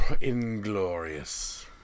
Inglorious